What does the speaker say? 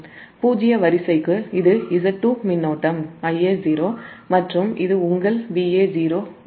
பூஜ்ஜிய வரிசைக்கு இது Z0 மின்னோட்டம் Ia0 மற்றும் இது உங்கள் Va0 ஆகும்